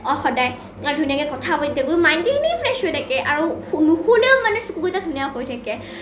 সদায় আৰু ধুনীয়াকৈ কথা পাতি থাকোঁ মাইণ্ডটো এনেই ফ্ৰেছ হৈ থাকে আৰু নুশুলেও মানে চকুকেইটা ধুনীয়া হৈ থাকে